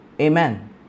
Amen